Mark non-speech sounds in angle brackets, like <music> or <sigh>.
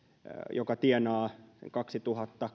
joka tienaa kaksituhatta <unintelligible>